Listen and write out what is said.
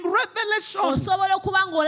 revelation